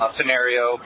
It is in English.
scenario